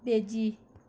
Beijing